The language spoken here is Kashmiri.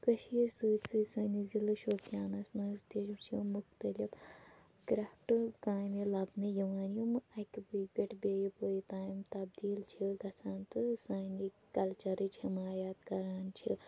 کٔشیٖرِ سۭتۍ سۭتۍ سٲنِس ضِلعہٕ شوپیانَس منٛز تہِ چھِ مختلف کرٛیفٹ کامہِ لَبنہٕ یِوان یِم اَکہِ پُیہِ پٮ۪ٹھ بیٚیہِ پُیہِ تام تبدیٖل چھِ گژھان تہٕ سانہِ کَلچَرٕچ حمایت کَران چھِ